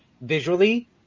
visually